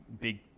big